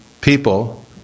people